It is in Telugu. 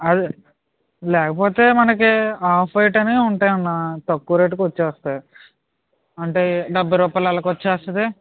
అది లేకపోతే మనకి ఆఫ్ వైట్ అని ఉంటాయన్నా తక్కువ రేట్కి వచ్చేస్తాయి అంటే డెబ్బై రూపాయలు అలాగా వచ్చేస్తుంది